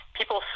People